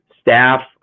staff